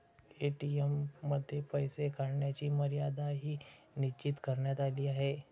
ATM मध्ये पैसे काढण्याची मर्यादाही निश्चित करण्यात आली आहे